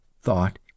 thought